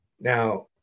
Now